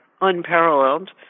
unparalleled